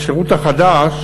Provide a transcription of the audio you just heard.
השירות החדש,